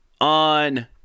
on